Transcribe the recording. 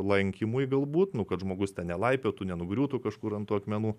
lankymui galbūt nu kad žmogus ten nelaipiotų nenugriūtų kažkur ant tų akmenų